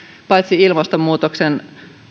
paitsi ilmastonmuutoksen